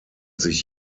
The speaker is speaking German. sich